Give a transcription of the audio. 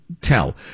tell